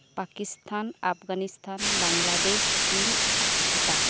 ᱯᱟᱠᱤᱥᱛᱷᱟᱱ ᱟᱯᱜᱟᱱᱤᱥᱛᱷᱟᱱ ᱵᱟᱝᱞᱟᱫᱮᱥ ᱪᱤᱱ ᱟᱨ ᱵᱷᱩᱴᱟᱱ